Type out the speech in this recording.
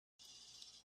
yes